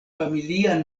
familia